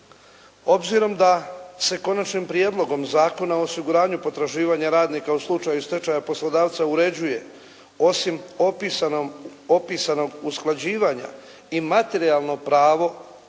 Obzirom da se Konačnim prijedlogom Zakona o osiguranju potraživanja radnika u slučaju stečaja poslodavca uređuje osim opisanog usklađivanja i materijalno pravno,